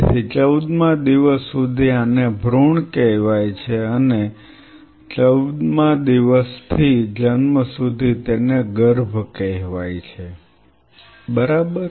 તેથી ચૌદમા દિવસ સુધી આને ભૃણ કહેવાય છે અને ચૌદમા દિવસથી જન્મ સુધી તેને ગર્ભ કહેવાય બરાબર